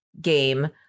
game